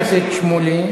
חבר הכנסת שמולי,